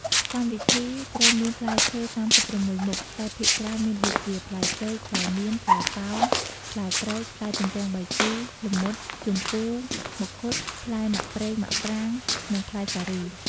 កម្មវិធីត្រូវមានផ្លែឈើ ៣៦មុខតែភាគច្រើនមានដូចជា ផ្លែចេក ផ្លែមៀន ផ្លែប៉ោម ផ្លែក្រូច ផ្លែទំពាងបាយជូរ ល្មុត ជំពូរ ម្ឃុត ផ្លែម៉ាក់ប៉្រេង ម៉ាក់ប្រាង និងផ្លែសារី ។